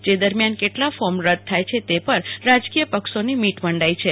જે દરમ્યાન કેટલા ફોર્મ રદ થાય છે તે પર રાજકીય પક્ષોની મીટ મંડાઈ છે